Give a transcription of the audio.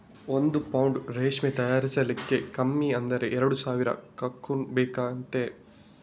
ಒಂದು ಪೌಂಡು ರೇಷ್ಮೆ ತಯಾರಿಸ್ಲಿಕ್ಕೆ ಕಮ್ಮಿ ಅಂದ್ರೆ ಎರಡು ಸಾವಿರ ಕಕೂನ್ ಬೇಕಂತೆ